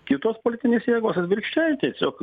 kitos politinės jėgos atvirkščiai tiesiog